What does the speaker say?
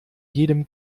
jedem